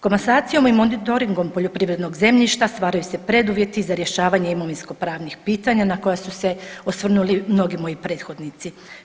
Komasacijom i monitoringom poljoprivrednog zemljišta stvaraju se preduvjeti za rješavanje imovinsko pravnih pitanja na koja su se osvrnuli mnogi moji prethodnici.